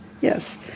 yes